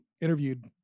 interviewed